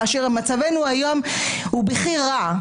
כאשר מצבנו היום הוא בכי רע.